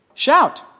Shout